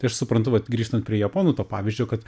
tai aš suprantu vat grįžtant prie japonų to pavyzdžio kad